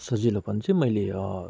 सजिलोपन चाहिँ मैले